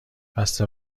بسته